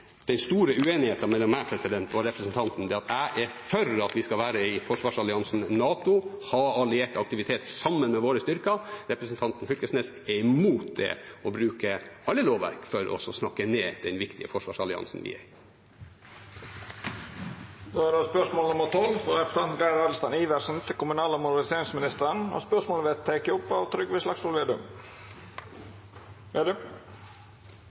den store uenigheten mellom meg og representanten: Jeg er for at vi skal være med i forsvarsalliansen NATO og ha alliert aktivitet sammen med våre styrker. Representanten Knag Fylkesnes er imot det og bruker alle lovverk for å snakke ned den viktige forsvarsalliansen vi er med i. Dette spørsmålet, frå representanten Geir Adelsten Iversen til kommunal- og moderniseringsministeren, vil verta teke opp av representanten Trygve Slagsvold Vedum.